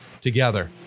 together